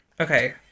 okay